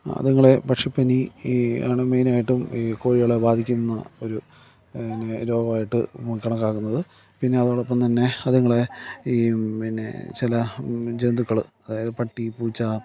അതുങ്ങളെ പക്ഷിപ്പനി ആണ് മെയിനായിട്ടും ഈ കോഴികളെ ബാധിക്കുന്ന ഒരു പിന്നെ രോഗമായിട്ട് കണക്കാക്കുന്നത് പിന്നെ അതോടൊപ്പം തന്നെ അതുങ്ങളെ ഈ പിന്നെ ചില ജന്തുക്കൾ അതായത് പട്ടി പൂച്ച